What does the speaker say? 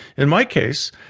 in my case,